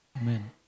Amen